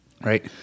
right